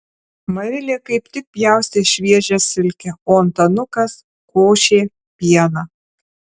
marilė kaip tik pjaustė šviežią silkę o antanukas košė pieną